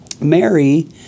Mary